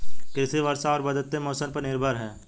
कृषि वर्षा और बदलते मौसम पर निर्भर है